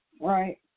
Right